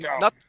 No